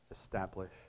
establish